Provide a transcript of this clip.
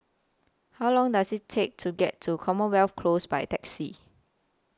How Long Does IT Take to get to Commonwealth Close By Taxi